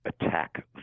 attack